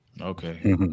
Okay